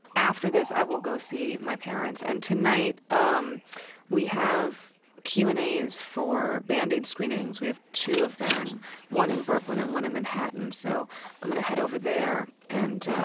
after this, i will go see my parents. and tonight, um we have q and a's for band-aid screenings. we have two of them one in brooklyn and one in manhattan. so i'm going to head over there and